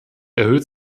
erhöht